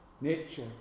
nature